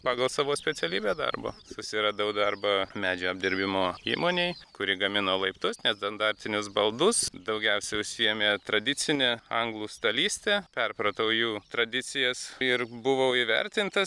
pagal savo specialybę darbo susiradau darbą medžio apdirbimo įmonėj kuri gamina laiptus nestandartinius baldus daugiausia užsiėmė tradicine anglų stalyste perpratau jų tradicijas ir buvau įvertintas